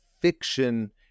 fiction